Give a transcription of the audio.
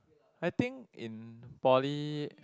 I think in poly